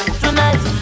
tonight